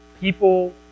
people